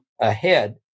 Ahead